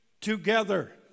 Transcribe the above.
together